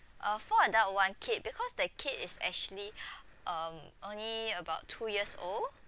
uh four adult one kid because the kid is actually um only about two years old